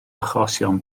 achosion